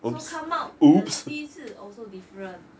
so come out the 鸡翅 also different